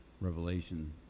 revelation